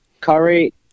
Curry